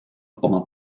oma